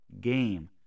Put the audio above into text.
game